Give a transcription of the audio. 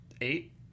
eight